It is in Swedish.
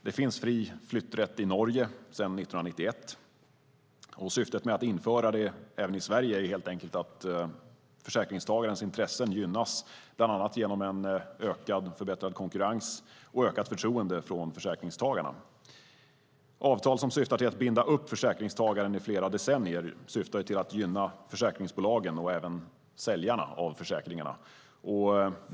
Det finns fri flytträtt i Norge sedan 1991, och syftet med att införa det även i Sverige är helt enkelt att försäkringstagarens intressen gynnas genom bland annat en ökad och förbättrad konkurrens och ett ökat förtroende från försäkringstagarna. Avtal som syftar till att binda upp försäkringstagaren i flera decennier syftar till att gynna försäkringsbolagen och även säljarna av försäkringarna.